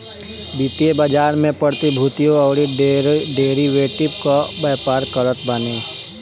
वित्तीय बाजार में प्रतिभूतियों अउरी डेरिवेटिव कअ व्यापार करत बाने